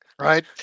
Right